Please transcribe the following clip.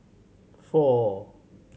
four